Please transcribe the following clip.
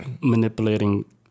manipulating